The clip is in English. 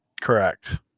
Correct